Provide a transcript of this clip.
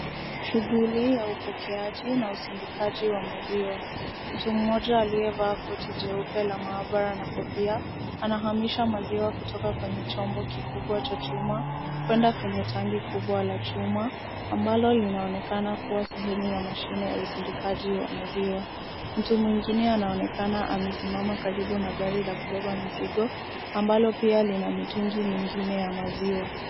Shughuli ya upokeaji na usindikaji wa maziwa. Mtu mmoja aliyevaa koti jeupe la maabara na kofia anahamisha maziwa kutoka kwenye chombo kikubwa cha chuma kwenda kwenye tanki kubwa la chuma ambalo linaoeneka kuwa sehemu ya mashine ya usindikaji wa maziwa. Mtu mwingine anaonekana amesimama karibu na gari la kubeba mzigo ambalo pia lina mitungi mingine ya maziwa.